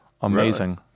amazing